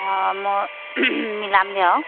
অঁ মই মিলামগৈ আৰু